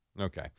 Okay